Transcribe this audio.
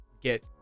get